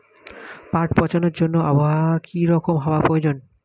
পাট পচানোর জন্য আবহাওয়া কী রকম হওয়ার প্রয়োজন?